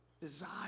Desire